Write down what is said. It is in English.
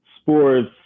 sports